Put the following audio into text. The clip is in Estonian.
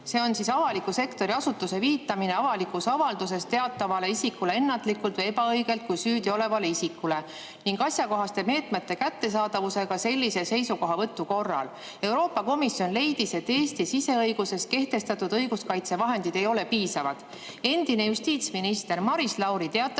See on avaliku sektori asutuse viitamine avalikus avalduses teatavale isikule ennatlikult või ebaõigelt kui süüdiolevale isikule ning asjakohaste meetmete kättesaadavusega sellise seisukohavõtu korral. Euroopa Komisjon leidis, et Eesti siseõiguses kehtestatud õiguskaitsevahendid ei ole piisavad. Endine justiitsminister Maris Lauri teatas